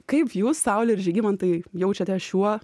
kaip jus saulei ir žygimantai jaučiate šiuo